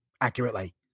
accurately